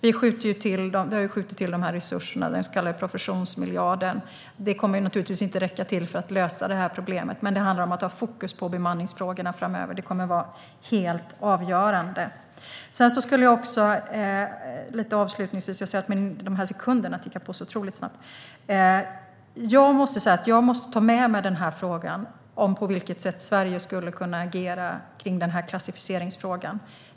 Vi har skjutit till resurser i och med den så kallade professionsmiljarden. Det kommer naturligtvis inte att räcka till för att lösa problemet, men det handlar om att ha fokus på bemanningsfrågorna framöver. Det kommer att vara helt avgörande. Avslutningsvis - jag ser att sekunderna tickar på otroligt snabbt - måste jag säga att jag får lov att ta med mig frågan om på vilket sätt Sverige skulle kunna agera i klassificeringsfrågan.